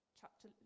chapter